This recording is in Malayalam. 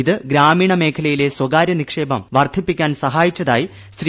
ഇത് ഗ്രാമീണ മേഖലയിലെ സ്ഥകാര്യ നിക്ഷേപം വർദ്ധിപ്പിക്കാൻ സഹായിച്ചതായി ശ്രീ